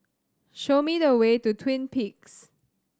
show me the way to Twin Peaks